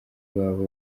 babo